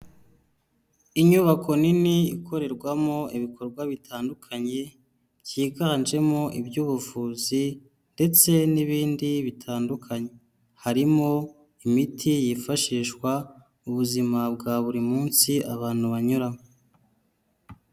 Inyubako nini ikorerwamo ibikorwa bitandukanye byiganjemo iby'ubuvuzi ndetse n'ibindi bitandukanye, harimo imiti yifashishwa ubuzima bwa buri munsi abantu banyuramo.